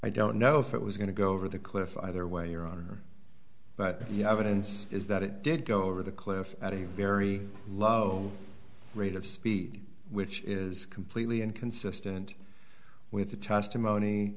i don't know if it was going to go over the cliff either way your honor but yeah evidence is that it did go over the cliff at a very low rate of speed which is completely inconsistent with the testimony